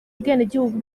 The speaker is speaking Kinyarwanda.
ubwenegihugu